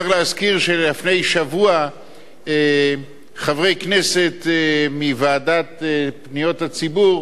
צריך להזכיר שלפני שבוע חברי כנסת מוועדת פניות הציבור